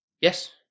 Yes